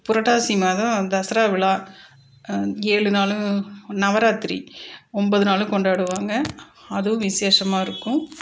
புரட்டாசி மாதம் தசரா விழா ஏழு நாளும் நவராத்திரி ஒன்பது நாளும் கொண்டாடுவாங்க அதுவும் விசேஷமாக இருக்கும்